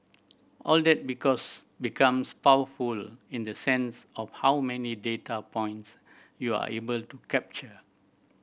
all that because becomes powerful in the sense of how many data points you are able to capture